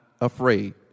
afraid